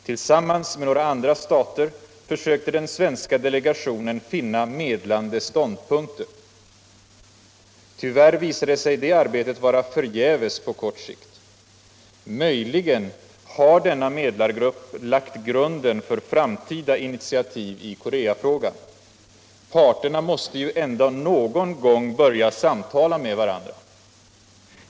Tillsammans med några andra stater försökte den svenska delegationen finna medlande ståndpunkter. Tyvärr visade sig det arbetet vara förgäves på kort sikt. Möjligen har denna medlargrupp lagt grunden för framtida initiativ i Koreafrågan. Parterna måste ju ändå någon gång börja samtala med varandra.